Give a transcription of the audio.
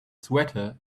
sweater